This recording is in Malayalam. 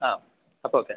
ആ അപ്പം ഓക്കെ